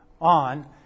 On